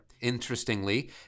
Interestingly